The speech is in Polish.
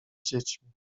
dziećmi